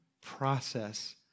process